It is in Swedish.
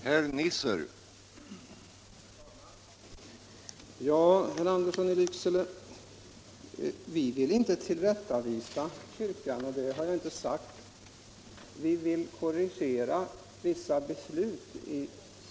Herr talman! Vi vill inte tillrättavisa kyrkan, och det har jag inte sagt, herr Andersson i Lycksele.